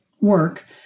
work